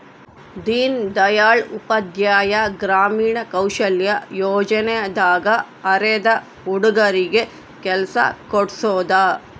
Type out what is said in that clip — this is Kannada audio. ದೀನ್ ದಯಾಳ್ ಉಪಾಧ್ಯಾಯ ಗ್ರಾಮೀಣ ಕೌಶಲ್ಯ ಯೋಜನೆ ದಾಗ ಅರೆದ ಹುಡಗರಿಗೆ ಕೆಲ್ಸ ಕೋಡ್ಸೋದ